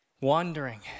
wandering